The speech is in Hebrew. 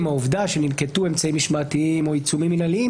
העובדה שננקטו אמצעים משמעתיים או עיצומים מינהליים